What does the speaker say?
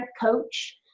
coach